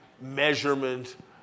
measurement